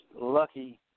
lucky